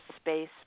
space